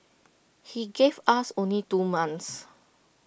he gave us only two months